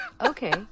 Okay